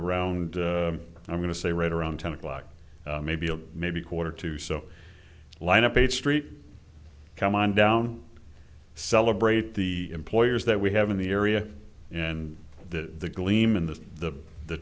around i'm going to say right around ten o'clock maybe a maybe quarter to so line up eighth street come on down celebrate the employers that we have in the area and that the gleam in the the the